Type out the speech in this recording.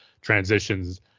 transitions